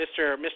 Mr